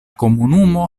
komunumo